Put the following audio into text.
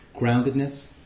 groundedness